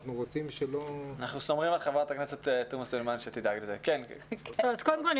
אנחנו סומכים על חברת הכנסת עאידה תומא סלימאן שתדאג לזה קודם כול,